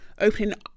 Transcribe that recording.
opening